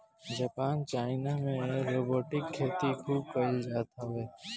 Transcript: Japan China में robotic खेती खूब कईल जात हवे